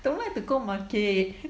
don't like to go market